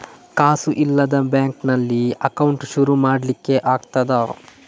ಕಾಸು ಇಲ್ಲದ ಬ್ಯಾಂಕ್ ನಲ್ಲಿ ಅಕೌಂಟ್ ಶುರು ಮಾಡ್ಲಿಕ್ಕೆ ಆಗ್ತದಾ?